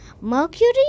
Mercury